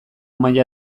maila